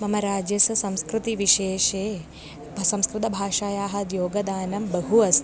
मम राज्यस्य संस्कृतिविशेषे संस्कृतभाषायाः योगदानं बहु अस्ति